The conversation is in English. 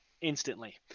instantly